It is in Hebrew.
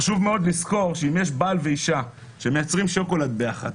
חשוב מאוד לזכור שאם יש בעל ואישה שמייצרים שוקולד ביחד,